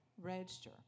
register